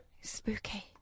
Spooky